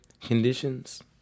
conditions